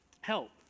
help